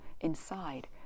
inside